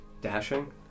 Dashing